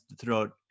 throughout